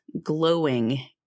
glowing